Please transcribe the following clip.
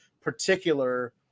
particular